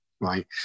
right